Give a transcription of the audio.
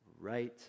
right